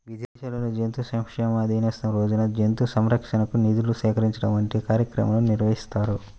విదేశాల్లో జంతు సంక్షేమ దినోత్సవం రోజున జంతు సంరక్షణకు నిధులు సేకరించడం వంటి కార్యక్రమాలు నిర్వహిస్తారు